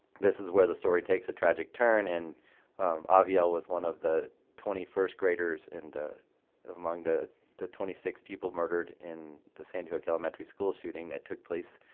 this is where the story takes a tragic turn and avielle was one of the twenty first graders and among the the twenty six people murdered in the sandy hook elementary school shooting that took place